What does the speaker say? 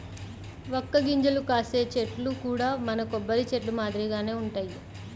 వక్క గింజలు కాసే చెట్లు కూడా మన కొబ్బరి చెట్లు మాదిరిగానే వుంటయ్యి